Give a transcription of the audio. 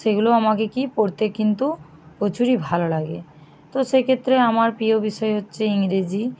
সেগুলো আমাকে কী পড়তে কিন্তু প্রচুরই ভালো লাগে তো সেক্ষেত্রে আমার প্রিয় বিষয় হচ্ছে ইংরেজি